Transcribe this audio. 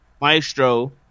maestro